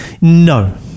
No